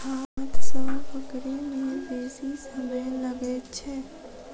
हाथ सॅ पकड़य मे बेसी समय लगैत छै